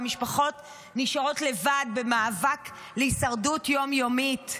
והמשפחות נשארות לבד במאבק להישרדות יום-יומית.